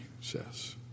says